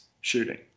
shooting